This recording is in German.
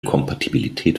kompatibilität